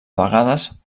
vegades